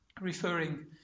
referring